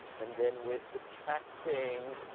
and then we're subtracting,